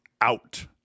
out